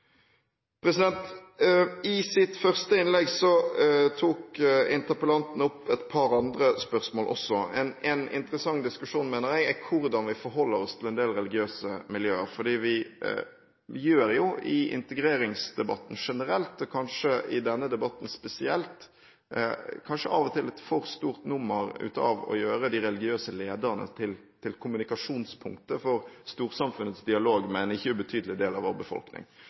I sitt første innlegg tok interpellanten opp også et par andre spørsmål. Jeg mener det er en interessant diskusjon hvordan vi forholder oss til en del religiøse miljøer, fordi vi gjør kanskje – i integreringsdebatten generelt og kanskje i denne debatten spesielt – av og til et for stort nummer av å gjøre de religiøse ledere til kommunikasjonspunkter for storsamfunnets dialog med en ikke ubetydelig del av vår befolkning.